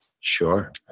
Sure